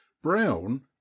Brown